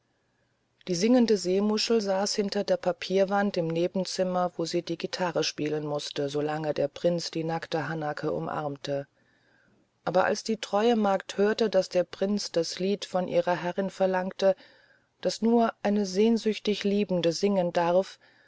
die singende seemuschel saß hinter der papierwand im nebenzimmer wo sie die gitarre spielen mußte so lange der prinz die nackte hanake umarmte aber als die treue magd hörte daß der prinz das lied von ihrer herrin verlangte das nur eine sehnsüchtig liebende singen darf